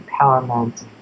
empowerment